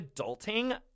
adulting